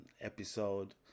episode